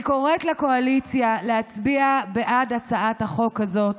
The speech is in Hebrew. אני קוראת לקואליציה להצביע בעד הצעת החוק הזאת.